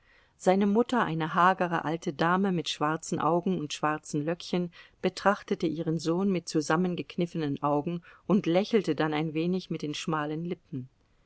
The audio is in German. seine mutter eine hagere alte dame mit schwarzen augen und schwarzen löckchen betrachtete ihren sohn mit zusammengekniffenen augen und lächelte dann ein wenig mit den schmalen lippen